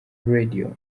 radio